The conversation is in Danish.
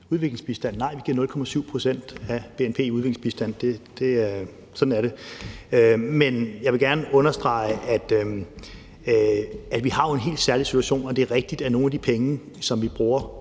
til at sige, at nej, vi giver 0,7 pct. af bnp i udviklingsbistand. Sådan er det. Men jeg vil gerne understrege, at vi jo har en helt særlig situation, og det er rigtigt, at nogle af de penge, som vi bruger